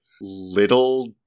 little